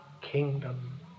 kingdom